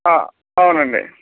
అవునండి